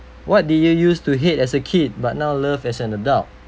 what did you used to hate as a kid but now love as an adult